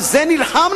על זה נלחמנו.